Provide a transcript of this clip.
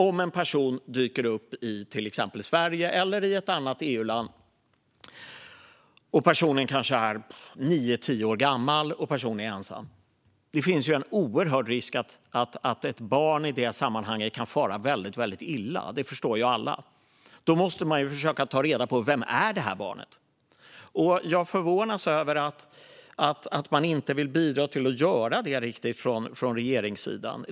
Om en person dyker upp i till exempel Sverige eller i ett annat EU-land och är kanske 9-10 år gammal och ensam finns det en oerhörd risk att det barnet kan fara väldigt illa i det sammanhanget. Det förstår alla. Då måste man försöka ta reda på vem det här barnet är. Jag förvånas över att man från regeringssidan inte riktigt vill bidra till att göra det.